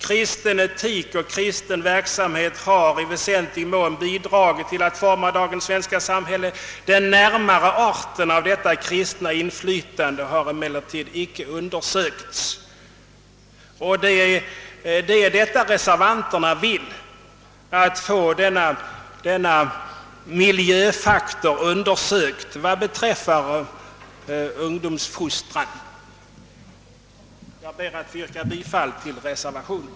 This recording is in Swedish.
Kristen etik och kristen verksamhet har i väsentlig mån bidragit till att forma dagens samhälle. Den närmare arten av detta kristna inflytande har emellertid icke undersökts, anföres i nämnda skrift. Det är detta reservanterna vill — att få denna miljöfaktor undersökt vad beträffar ungdomsfostran. Jag ber att få yrka bifall till reservationen.